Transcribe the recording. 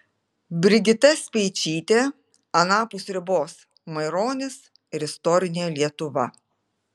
brigita speičytė anapus ribos maironis ir istorinė lietuva